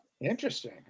Interesting